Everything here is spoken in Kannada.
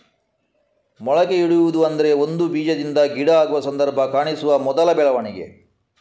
ಮೊಳಕೆಯೊಡೆಯುವುದು ಅಂದ್ರೆ ಒಂದು ಬೀಜದಿಂದ ಗಿಡ ಆಗುವ ಸಂದರ್ಭ ಕಾಣಿಸುವ ಮೊದಲ ಬೆಳವಣಿಗೆ